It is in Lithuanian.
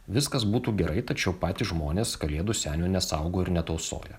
viskas būtų gerai tačiau patys žmonės kalėdų senio nesaugo ir netausoja